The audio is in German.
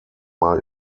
mal